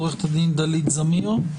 עורכת הדין דלית זמיר,